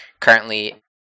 Currently